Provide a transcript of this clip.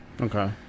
Okay